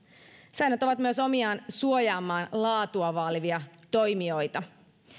säännöt ovat myös omiaan suojaamaan laatua vaalivia toimijoita